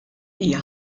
hija